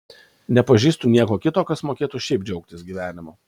nepažįstu nieko kito kas mokėtų šiaip džiaugtis gyvenimu